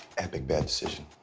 epic bad decision.